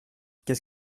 qu’est